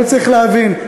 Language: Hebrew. אבל צריך להבין,